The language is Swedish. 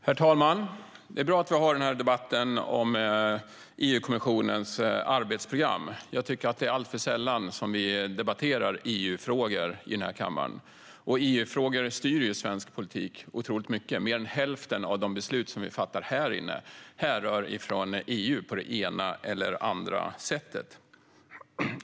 Herr talman! Det är bra att vi har denna debatt om EU-kommissionens arbetsprogram. Jag tycker att det är alltför sällan som vi debatterar EU-frågor i kammaren. EU-frågor styr svensk politik otroligt mycket. Mer än hälften av de beslut som vi fattar här härrör från EU på det ena eller det andra sättet.